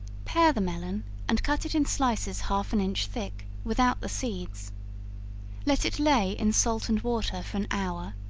pare the melon and cut it in slices half an inch thick, without the seeds let it lay in salt and water for an hour,